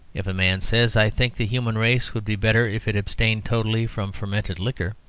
if a man says, i think the human race would be better if it abstained totally from fermented liquor,